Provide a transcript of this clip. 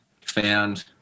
found